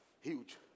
Huge